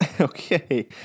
Okay